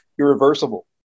irreversible